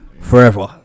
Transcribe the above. forever